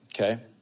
okay